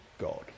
God